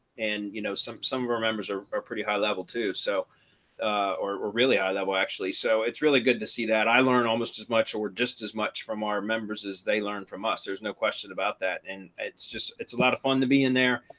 and you know, some some of our members are pretty high level two, so are really high level actually. so it's really good to see that i learned almost as much or just as much from our members as they learn from us. there's no question about that. and it's just, it's a lot of fun to be in there.